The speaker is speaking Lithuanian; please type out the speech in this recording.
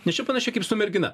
nes čia panašiai kaip su mergina